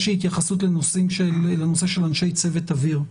שהיא התייחסות לנושא של אנשי צוות אוויר.